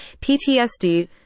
PTSD